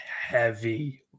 heavy